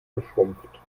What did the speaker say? geschrumpft